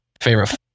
favorite